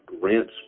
grants